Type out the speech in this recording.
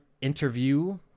interview